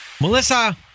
Melissa